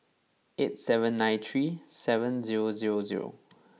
eight seven nine three seven zero zero zero